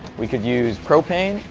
we could use propane,